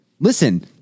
listen